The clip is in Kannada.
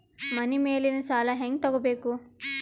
ಮನಿ ಮೇಲಿನ ಸಾಲ ಹ್ಯಾಂಗ್ ತಗೋಬೇಕು?